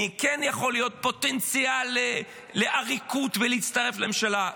מי כן יכול להיות פוטנציאל לעריקות ולהצטרף לממשלה,